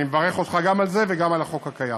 אני מברך אותך גם על זה וגם על החוק הזה.